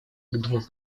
двух